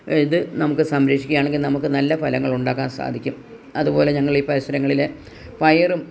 ഇത് നമുക്ക് സംരക്ഷിക്കുവാണെങ്കിൽ നമുക്ക് നല്ല ഫലങ്ങൾ ഉണ്ടാക്കാൻ സാധിക്കും അതുപോലെ ഞങ്ങളീ പരിസരങ്ങളില് പയറും